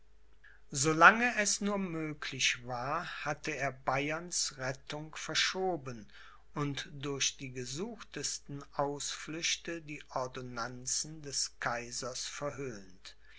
es nur möglich war hatte er bayerns rettung verschoben und durch die gesuchtesten ausflüchte die ordonnanzen des kaisers verhöhnt